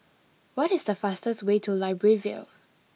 what is the fastest way to Libreville